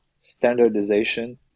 standardization